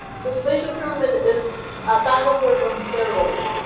so spatial pyramid is a bag of words on steroid.